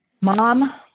Mom